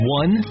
one